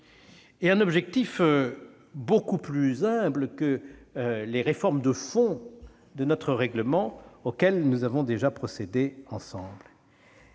et un objectif beaucoup plus humble que les réformes de fond de notre règlement auxquelles nous avons déjà procédé ensemble.